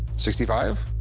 sixty five?